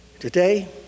Today